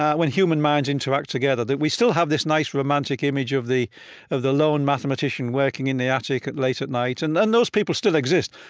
when human minds interact together. we still have this nice romantic image of the of the lone mathematician working in the attic late at night. and and those people still exist.